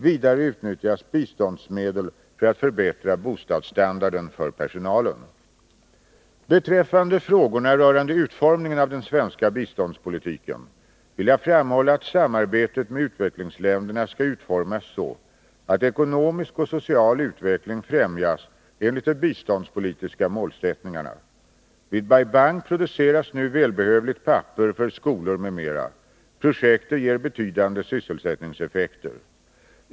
Vidare utnyttjas biståndsmedel för att förbättra bostadsstandarden för personalen. Beträffande frågorna rörande utformningen av den svenska biståndspolitiken vill jag framhålla att samarbetet med utvecklingsländerna skall utformas så att ekonomisk och social utveckling främjas enligt de biståndspolitiska målsättningarna. Vid Bai Bang produceras nu välbehövligt papper för skolor m.m. Projektet ger betydande sysselsättningseffekter.